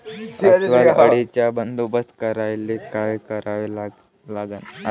अस्वल अळीचा बंदोबस्त करायले काय करावे लागन?